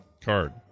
card